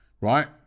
right